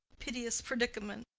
piteous predicament!